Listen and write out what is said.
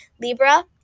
Libra